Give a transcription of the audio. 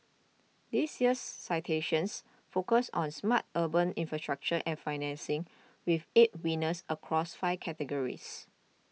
this year's citations focus on smart urban infrastructure and financing with eight winners across five categories